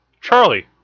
Charlie